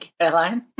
Caroline